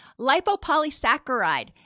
Lipopolysaccharide